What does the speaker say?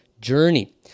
journey